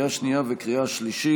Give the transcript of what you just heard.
לקריאה שנייה וקריאה שלישית.